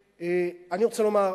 אני רוצה לומר,